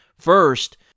First